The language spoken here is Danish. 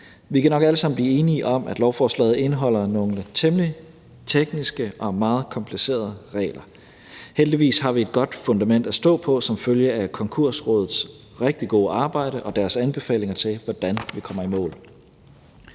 Vi kan nok alle sammen blive enige om, at lovforslaget indeholder nogle temmelig tekniske og meget komplicerede regler. Heldigvis har vi et godt fundament at stå på som følge af Konkursrådets rigtig gode arbejde og deres anbefalinger til, hvordan vi kommer i mål.